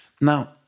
now